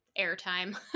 airtime